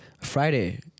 Friday